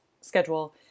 schedule